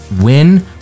win